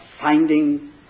finding